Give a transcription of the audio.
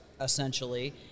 essentially